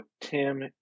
Tim